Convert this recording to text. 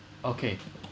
okay